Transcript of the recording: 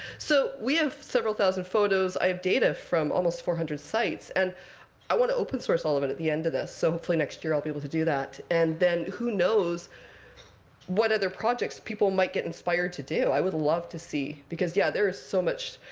so we have several thousand photos. i have data from almost four hundred sites. and i want to open-source all of it at the end of this. so hopefully next year i'll be able to do that. and then who knows what other projects people might get inspired to do. i would love to see because yeah, there is so much.